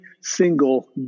single